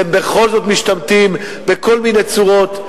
והם בכל זאת משתמטים בכל מיני צורות.